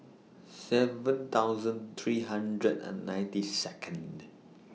seven thousand three hundred and ninety Second